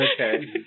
Okay